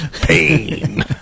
Pain